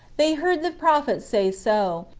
they heard the prophet say so,